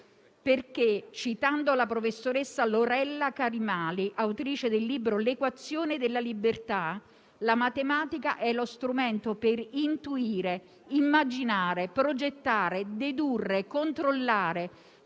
Citando infatti la professoressa Lorella Carimali, autrice del libro «L'equazione della libertà», la matematica è lo strumento per intuire, immaginare, progettare, dedurre, controllare,